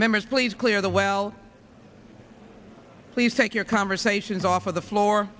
members please clear the well please take your conversations off of the floor